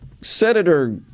Senator